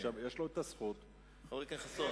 יש לו הזכות להגיב.